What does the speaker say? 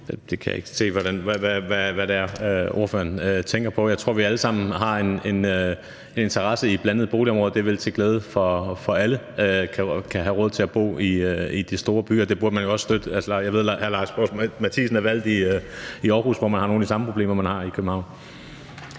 Jeg kan ikke se, hvad det er, ordføreren tænker på. Jeg tror, at vi alle sammen har en interesse i blandede boligområder. Det er vel til glæde for alle, så de kan have råd til at bo i de store byer. Det burde man jo også støtte. Jeg ved, at hr. Lars Boje Mathiesen er valgt i Aarhus, hvor man har nogle af de samme problemer, som man har i København.